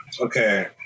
Okay